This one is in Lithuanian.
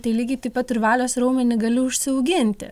tai lygiai taip pat ir valios raumenį galiu užsiauginti